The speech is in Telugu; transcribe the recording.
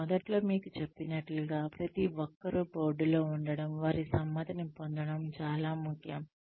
నేను మొదట్లో మీకు చెప్పినట్లుగా ప్రతి ఒక్కరూ బోర్డులో ఉండటం వారి సమ్మతిని పొందడం చాలా ముఖ్యం